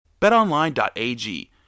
Betonline.ag